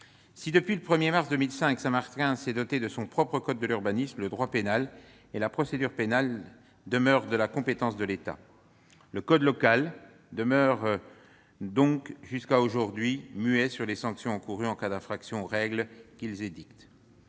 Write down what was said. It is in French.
Si, depuis le 1 mars 2015, Saint-Martin s'est dotée de son propre code de l'urbanisme, le droit pénal et la procédure pénale demeurent de la compétence de l'État. Le code local reste donc muet, jusqu'à aujourd'hui, sur les sanctions encourues en cas d'infraction aux règles qu'il édicte.